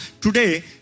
Today